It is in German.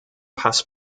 pass